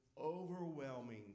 overwhelming